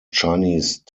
chinese